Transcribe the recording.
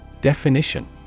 Definition